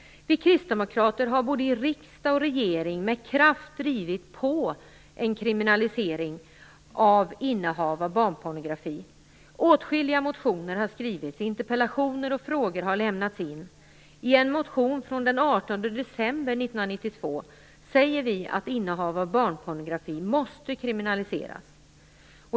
Vi kristdemokrater har både i riksdag och regering med kraft drivit på en kriminalisering av innehav av barnpornografi. Åtskilliga motioner har skrivits. Interpellationer och frågor har lämnats in. I en motion från den 18 december 1992 säger vi att innehav av barnpornografi måste kriminaliseras.